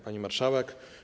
Pani Marszałek!